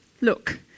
Look